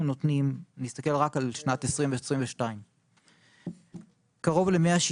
אני מסתכל רק על שנת 2022. קרוב ל-160